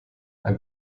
ein